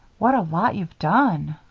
what a lot you've done!